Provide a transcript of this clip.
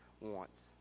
wants